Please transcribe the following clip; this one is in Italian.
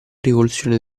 rivoluzione